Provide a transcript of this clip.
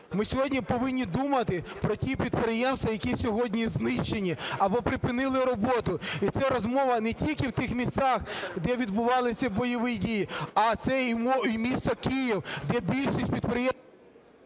Ми сьогодні повинні думати про ті підприємства, які сьогодні знищені або припинили роботу. І це розмова не тільки в тих містах, де відбувалися бойові дії, а це і місто Київ, де більшість… ГОЛОВУЮЧИЙ.